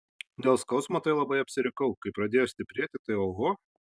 dėl skausmo tai labai apsirikau kai pradėjo stiprėti tai oho